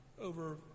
over